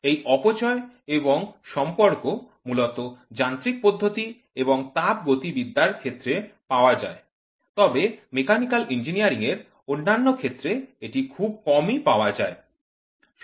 এই অপচয় এবং সম্পর্ক মূলত যান্ত্রিক পদ্ধতি এবং তাপ গতিবিদ্যার ক্ষেত্রে পাওয়া যায় তবে মেকানিকাল ইঞ্জিনিয়ারিংয়ের অন্যান্য ক্ষেত্রে এটি খুব কমই পাওয়া যায়